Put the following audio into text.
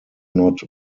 not